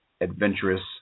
Adventurous